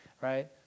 right